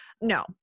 no